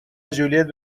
ژولیت